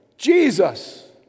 Jesus